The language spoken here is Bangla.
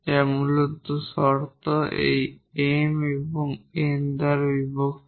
যা মূল শর্ত এই M এবং N N দ্বারা বিভক্ত